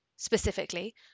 Specifically